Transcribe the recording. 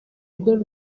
rwo